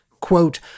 quote